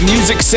Music